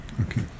Okay